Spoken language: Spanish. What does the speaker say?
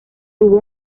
tuvo